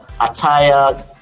attire